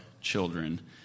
children